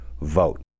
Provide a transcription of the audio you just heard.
vote